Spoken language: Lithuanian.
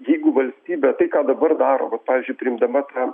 jeigu valstybė tai ką dabar daro vat pavyzdžiui priimdama tą